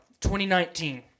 2019